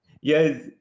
yes